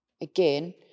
again